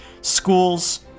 schools